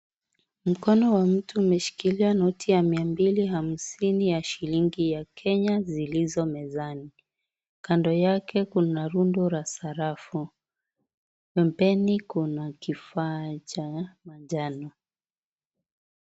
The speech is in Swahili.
Mkono wa mtu umeshkilia noti ya mia mbili hamsini ya shilingi ya Kenya zilizo mezani. Kando yake kuna rundo ra sarafu. Pembeni kuna kifaa cha majano.